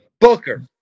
Booker